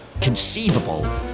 conceivable